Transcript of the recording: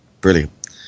Brilliant